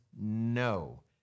no